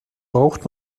braucht